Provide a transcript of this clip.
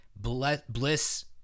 Bliss